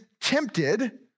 tempted